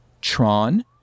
Tron